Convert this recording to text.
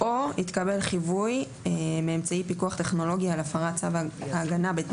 או התקבל חיווי מאמצעי פיקוח טכנולוגי על הפרת צו הגנה בתנאי